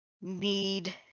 need